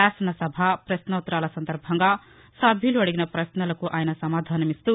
శాసన సభ ప్రశ్నోత్తరాల సందర్బంగా సభ్యులు అడిగిన పశ్నలకు ఆయన సమాధానమిస్తూ